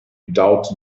without